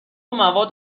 مواد